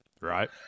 right